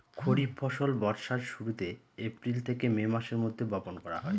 খরিফ ফসল বর্ষার শুরুতে, এপ্রিল থেকে মে মাসের মধ্যে, বপন করা হয়